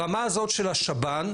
ברמה הזאת של השב"ן,